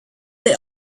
they